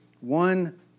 one